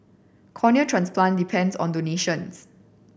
cornea transplant depends on donations